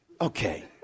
Okay